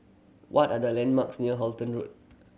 what are the landmarks near Halton Road